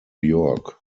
york